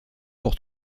pour